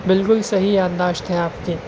بالکل صحیح انداز تھے آپ کے